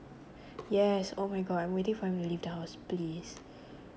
yes oh my god I'm waiting for him to leave the house please